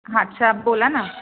अच्छा बोला ना